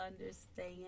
understand